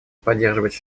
поддерживать